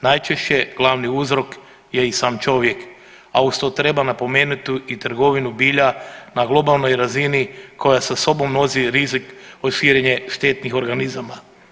Najčešće glavi uzrok je i sam čovjek, a uz to treba napomenuti i trgovinu bilja na globalnoj razini koja sa sobom nosi rizik od širenja štetnih organizama.